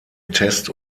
test